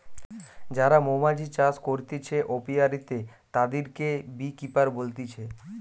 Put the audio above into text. যারা মৌমাছি চাষ করতিছে অপিয়ারীতে, তাদিরকে বী কিপার বলতিছে